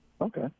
Okay